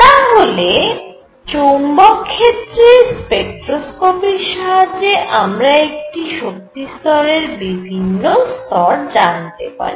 তাহলেচৌম্বক ক্ষেত্রে স্পেক্ট্রোস্কোপির সাহায্যে আমরা একটি শক্তি স্তরের বিভিন্ন স্তর জানতে পারি